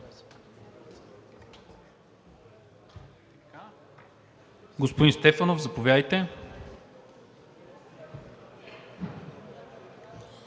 Господин Стефанов, заповядайте.